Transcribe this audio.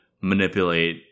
manipulate